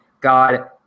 God